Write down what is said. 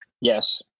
Yes